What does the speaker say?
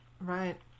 Right